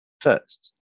First